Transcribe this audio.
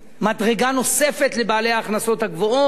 מדרגה נוספת לבעלי ההכנסות הגבוהות,